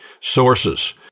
sources